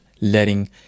letting